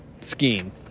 scheme